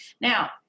Now